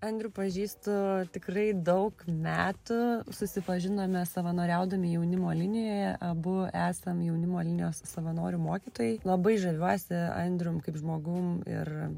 andrių pažįstu tikrai daug metų susipažinome savanoriaudami jaunimo linijoje abu esam jaunimo linijos savanorių mokytojai labai žaviuosi andrium kaip žmogum ir